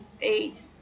eight